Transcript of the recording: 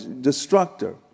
destructor